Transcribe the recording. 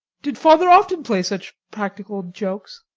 did father often play such practical jokes?